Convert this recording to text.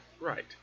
Right